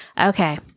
Okay